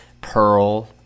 pearl